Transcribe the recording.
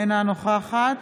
אינה נוכחת